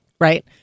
Right